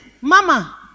Mama